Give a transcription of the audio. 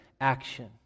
action